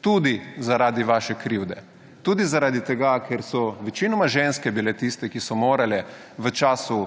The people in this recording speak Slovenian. Tudi zaradi vaše krivde. Tudi zaradi tega, ker so večinoma ženske bile tiste, ki so morale v času